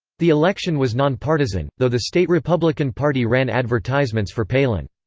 the election was nonpartisan, though the state republican party ran advertisements for palin.